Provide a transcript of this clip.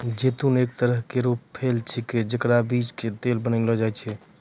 जैतून एक तरह केरो फल छिकै जेकरो बीज सें तेल बनैलो जाय छै